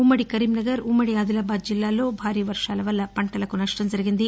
ఉ మ్మది కరీంనగర్ ఉమ్మడి ఆదిలాబాద్ జిల్లాల్లో భారీ వర్షాల వల్ల పంటలకు నష్టం జరిగింది